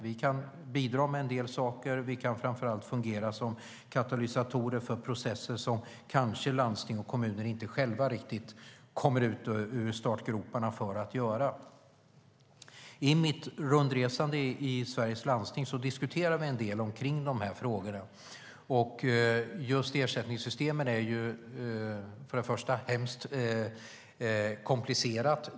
Vi kan bidra med en del saker och vi kan framför allt fungera som katalysatorer i processer som landsting och kommuner själva kanske inte riktigt kommer ur startgroparna för att göra. I mitt rundresande i Sveriges landsting diskuterar vi en del om dessa frågor. Just ersättningssystemen är väldigt komplicerade.